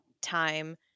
time